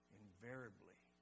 invariably